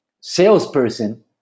salesperson